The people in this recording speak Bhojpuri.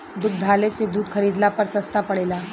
दुग्धालय से दूध खरीदला पर सस्ता पड़ेला?